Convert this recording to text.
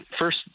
first